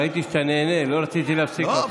ראיתי שאתה נהנה, לא רציתי להפסיק אותך